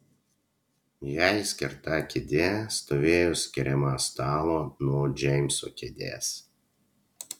jai skirta kėdė stovėjo skiriama stalo nuo džeimso kėdės